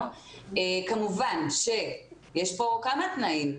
כמובן שיש כאן כמה תנאים.